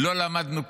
לא למדנו כלום?